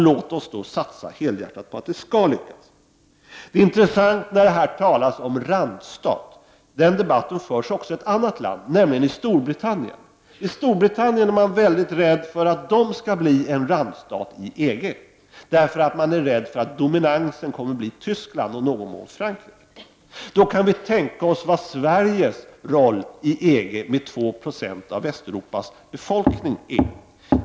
Låt oss satsa helhjärtat på att detta skall lyckas. Det är intressant när det här talas om att Sverige skulle bli en randstat. En sådan debatt förs också i ett annat land, nämligen i Storbritannien. I Storbritannien är man mycket rädd för att landet skall bli en randstat i EG. Man är rädd för att Tyskland och i någon mån Frankrike kommer att dominera. Då kan vi tänka oss Sveriges roll i EG, med 2 70 av Västeuropas befolkning.